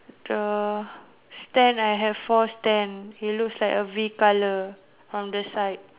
the stand I have four stand it looks like a V colour from the side